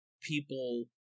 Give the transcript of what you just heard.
people